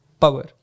power